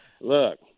look